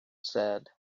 said